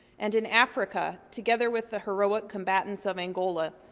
and in africa, together with the heroic combatants of angola,